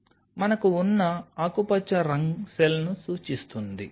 కాబట్టి మనకు ఉన్న ఆకుపచ్చ రంగు సెల్ను సూచిస్తుంది